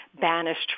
banished